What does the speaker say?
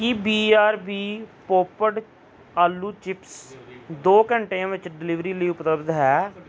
ਕੀ B R B popped ਆਲੂ chips ਦੋ ਘੰਟਿਆਂ ਵਿੱਚ ਡਿਲੀਵਰੀ ਲਈ ਉਪਲੱਬਧ ਹੈ